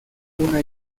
una